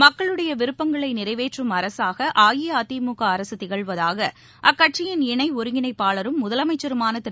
மக்களுடைய விருப்பங்களை நிறைவேற்றும் அரசாக அஇஅதிமுக அரசு திகழ்வதாக அக்கட்சியின் இணை ஒருங்கிணைப்பாளரும் முதலமைச்சருமான திரு